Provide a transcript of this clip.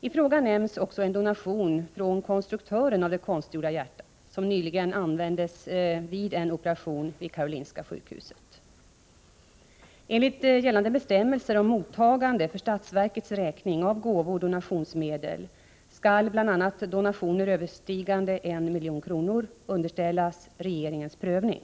I frågan nämns också en donation från konstruktören av det konstgjorda hjärta som nyligen användes vid en operation på Karolinska sjukhuset. Enligt gällande bestämmelser om mottagande av gåvooch donationsmedel för statsverkets räkning skall bl.a. donationer överstigande 1 milj.kr. underställas regeringens prövning.